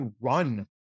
run